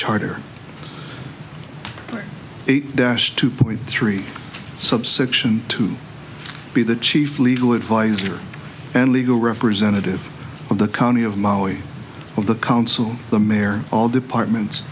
charter eight dash two point three subsection to be the chief legal advisor and legal representative of the county of maui of the council the mayor all departments